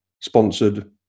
sponsored